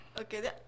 Okay